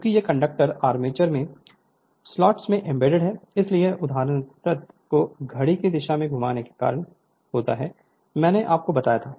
चूंकि ये conductor armature में स्लॉट्स में एम्बेडेड हैं इसलिए उत्तरार्द्ध को घड़ी की दिशा में घूमने के कारण होता है जो मैंने आपको बताया था